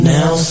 Now